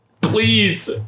Please